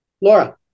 Laura